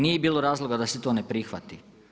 Nije bilo razloga da se to ne prihvati.